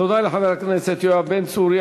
תודה לחבר הכנסת יואב בן צור.